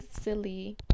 silly